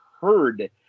heard